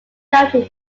doubting